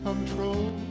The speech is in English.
Control